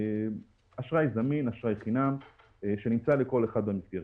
אשראי זמין, אשראי חינם שנמצא לכל אחד במסגרת.